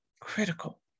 critical